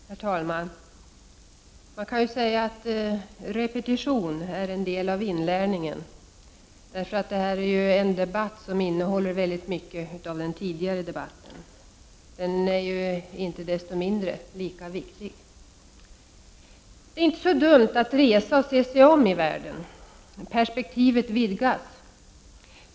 Herr talman! Man kan säga att repetition är en del av inlärningen. Det här är en debatt som innehåller mycket av den tidigare debatten. Den är inte desto mindre lika viktig. Det är inte så dumt att resa och se sig om i världen. Perspektivet vidgas.